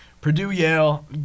Purdue-Yale